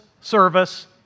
service